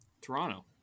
Toronto